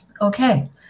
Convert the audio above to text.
Okay